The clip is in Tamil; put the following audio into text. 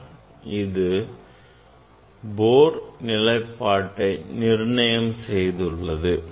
மேலும் இது Bohr கோட்பாட்டை நிரூபணம் செய்துள்ளது